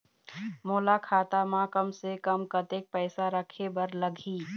मोला खाता म कम से कम कतेक पैसा रखे बर लगही?